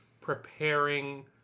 preparing